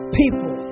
people